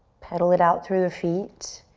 pedal it out through the feet.